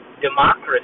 democracy